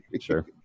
sure